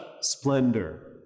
splendor